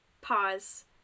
Pause